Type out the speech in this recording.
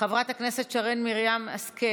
חברת הכנסת שרן מרים השכל,